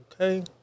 Okay